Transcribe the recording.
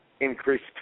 increased